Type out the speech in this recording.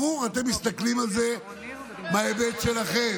ברור, אתם מסתכלים על זה מההיבט שלכם.